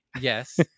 Yes